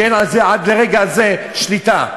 ועד לרגע זה אין על זה שליטה.